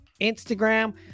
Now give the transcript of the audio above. Instagram